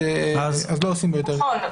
אז לא עושים בו יותר -- נכון,